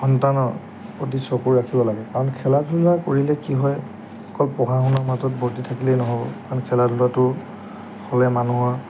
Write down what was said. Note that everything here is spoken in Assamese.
সন্তানৰ প্ৰতি চকু ৰাখিব লাগে কাৰণ খেলা ধূলা কৰিলে কি হয় অকল পঢ়া শুনাৰ মাজত বৰ্তি থাকিলেই নহ'ব কাৰণ খেলা ধূলাটো হ'লে মানুহৰ